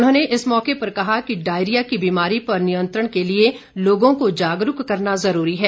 उन्होंने इस मौके पर कहा कि डायरिया की बीमारी पर नियंत्रण के लिए लोगों को जागरूक करना जरूरी है